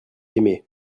aimé